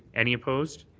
any opposed?